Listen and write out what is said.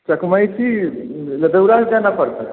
चकमाइसी यदुवरा जाना पड़ता है